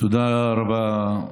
תודה רבה,